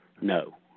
No